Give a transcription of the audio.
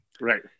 Right